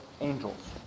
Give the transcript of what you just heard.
angels